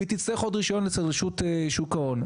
ותצטרך עוד רישיון אצל רשות שוק ההון,